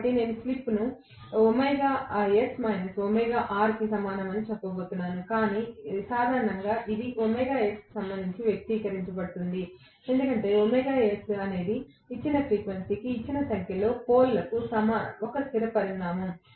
కాబట్టి నేను స్లిప్ కి సమానమని చెప్పబోతున్నాను కాని సాధారణంగా ఇది ωs కు సంబంధించి వ్యక్తీకరించబడుతుంది ఎందుకంటే ωs అనేది ఇచ్చిన ఫ్రీక్వెన్సీకి ఇచ్చిన సంఖ్యలో పోల్లకు ఒక స్థిర పరిమాణం